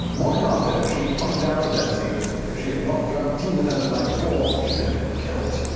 the morning after she pointed out to betsie that if she had not drunk tea with her the night before, she could have been killed.